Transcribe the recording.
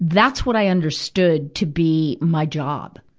that's what i understood to be my job.